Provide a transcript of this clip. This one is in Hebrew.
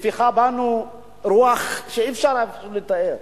הפיחה בנו רוח שאי-אפשר לתאר.